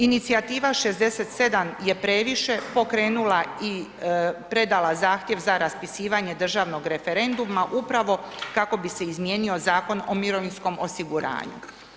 Inicijativa 67 je previše pokrenula i predala zahtjev za raspisivanje državnog referenduma upravo kako bi se izmijenio Zakon o mirovinskom osiguranju.